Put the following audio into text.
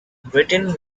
britain